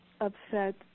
upset